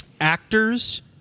Actors